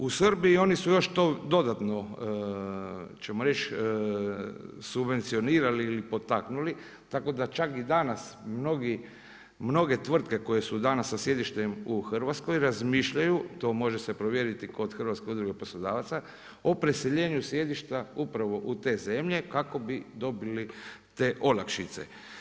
U Srbiji, oni su još to dodatno ćemo reći subvencionirali ili potaknuli, tako da čak i danas mnoge tvrtke koje su danas sa sjedištem u Hrvatskoj razmišljaju, to može se provjeriti kod Hrvatske udruge poslodavaca o preseljenju sjedišta upravo u te zemlje kako bi dobili te olakšice.